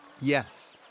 Yes